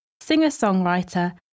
singer-songwriter